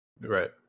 Right